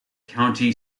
county